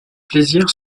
plaisir